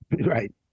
Right